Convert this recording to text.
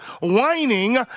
whining